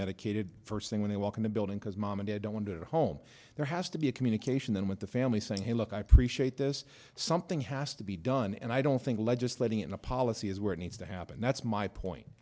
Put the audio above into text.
medicated first thing when they walk in the building because mom and dad don't wonder at home there has to be a communication then with the family saying hey look i appreciate this something has to be done and i don't think legislating in a policy is where it needs to happen that's my point